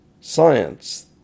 science